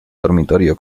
dormitorio